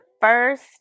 first